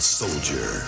soldier